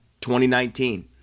2019